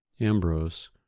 Ambrose